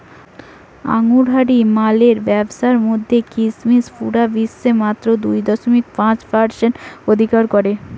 আঙুরহারি মালের ব্যাবসার মধ্যে কিসমিস পুরা বিশ্বে মাত্র দুই দশমিক পাঁচ পারসেন্ট অধিকার করে